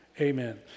amen